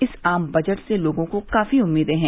इस आम बजट से लोगों को काफी उम्मीदें हैं